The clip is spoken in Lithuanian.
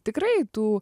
tikrai tų